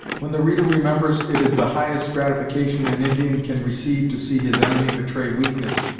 when the reader remembers it is the highest gratification an indian can receive to see his enemy betray weakness,